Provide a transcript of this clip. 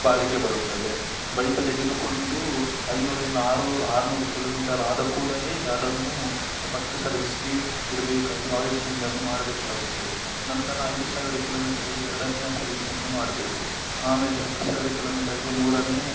ಬಾಳಿಕೆ ಬರುತ್ತವೆ ಬೈಕು ತೆಗೆದುಕೊಂಡು ಐನೂರಿನ್ ಆರು ಆರ್ನೂರು ಕಿಲೋಮೀಟರ್ ಆದ ಕೂಡಲೇ ಅದನ್ನು ಫಶ್ಟ್ ಸರ್ವೀಸ್ಗೆ ಇಡಬೇಕಾಗಿ ಆಯಿಲ್ ಚೇಂಜನ್ನು ಮಾಡಬೇಕಾಗುತ್ತವೆ ನಂತರ ಐದು ಸಾವಿರ ಕಿಲೋಮೀಟರ್ಗೆ ಎರಡನೆಯ ಸರ್ವೀಸನ್ನು ಮಾಡಬೇಕು ಆಮೇಲೆ ಹತ್ತು ಸಾವಿರ ಕಿಲೋಮೀಟರ್ಗೆ ಮೂರನೇ